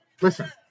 Listen